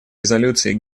резолюции